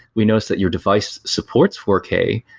we noticed that your device supports four k,